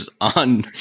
on